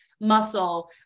muscle